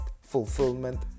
fulfillment